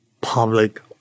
public